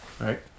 right